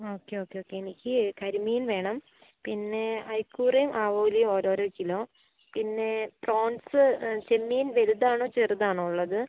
okay okay okay എനിക്ക് കരിമീൻ വേണം പിന്നെ ഐക്കൂറയും ആവോലിയും ഓരോരോ കിലോ പിന്നെ പ്രോൺസ് ചെമ്മീൻ വലുതാണോ ചെറുതാണോ ഉള്ളത്